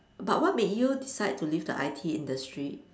but what made you decide to leave the I_T industry